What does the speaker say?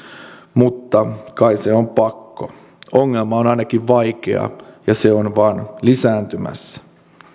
mutta kai se on pakko ongelma on ainakin vaikea ja se on vain lisääntymässä